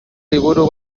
liburu